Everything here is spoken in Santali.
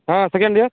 ᱦᱮᱸ ᱥᱮᱠᱮᱱᱰ ᱤᱭᱟᱨ